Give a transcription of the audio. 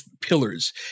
pillars